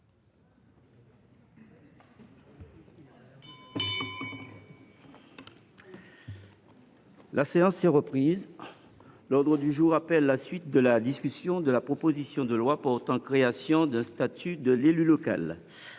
La séance est reprise. L’ordre du jour appelle la suite de la discussion de la proposition de loi portant création d’un statut de l’élu local